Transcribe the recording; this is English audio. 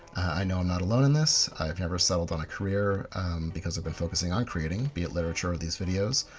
i know i'm not alone in this. i've never settled on a career because i've been focussed on creating, be it literature or these videos,